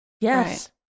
yes